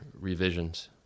revisions